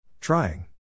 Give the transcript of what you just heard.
Trying